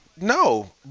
no